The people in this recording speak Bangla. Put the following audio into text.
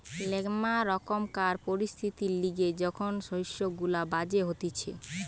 ম্যালা রকমকার পরিস্থিতির লিগে যখন শস্য গুলা বাজে হতিছে